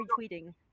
retweeting